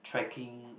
trekking